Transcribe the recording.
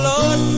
Lord